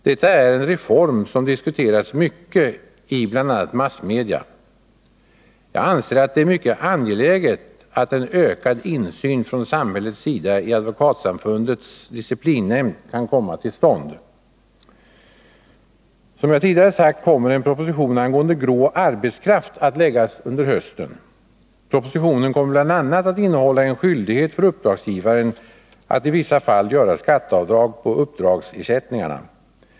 Detta är en reform som har diskuterats mycket i bl.a. massmedia. Jag anser att det är mycket angeläget att en ökad insyn från samhällets sida i Advokatsamfundets disciplinnämnd kan komma till stånd. Som jag tidigare har sagt kommer det under hösten att läggas fram en proposition angående grå arbetskraft. Propositionen kommer bl.a. att innehålla skyldighet för uppdragsgivaren att i vissa fall göra skatteavdrag på uppdragsersättningarna.